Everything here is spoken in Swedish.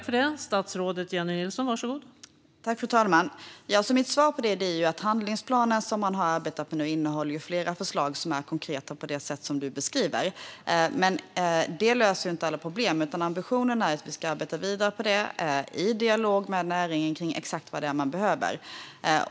Fru talman! Den handlingsplan som man nu arbetar på innehåller flera förslag som är konkreta på det sätt som John Widegren beskriver. Det löser dock inte alla problem, utan ambitionen är att vi ska arbeta vidare i dialog med näringen kring exakt vad det är man behöver.